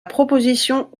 proposition